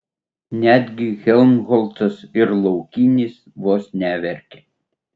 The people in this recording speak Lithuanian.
netgi helmholcas ir laukinis vos neverkė